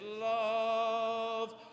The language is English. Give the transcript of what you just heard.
love